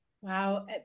Wow